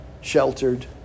sheltered